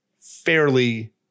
fairly